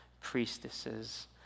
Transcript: priestesses